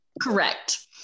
Correct